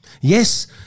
Yes